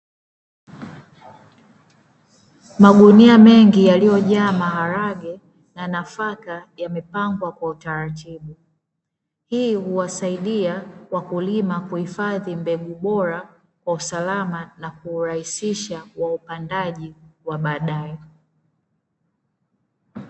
Magunia mengi yaliyojaa maharage na nafaka yamepangwa kwa utaratibu, hii huwasaidia wakulima kuhifadhi mbegu bora kwa usalama na kurahisisha wa upandaji wa baadaye.